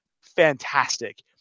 fantastic